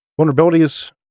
Vulnerabilities